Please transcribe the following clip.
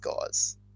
guys